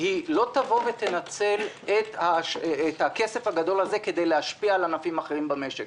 לא תנצל את הכסף הגדול הזה כדי להשפיע על ענפים אחרים במשק.